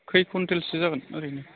खै कुइन्टेलसो जागोन ओरैनो